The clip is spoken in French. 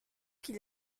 qu’il